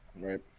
Right